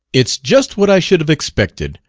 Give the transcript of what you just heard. it's just what i should have expected,